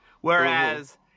Whereas